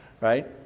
right